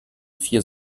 vier